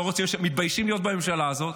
מתביישים להיות בממשלה הזאת,